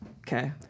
Okay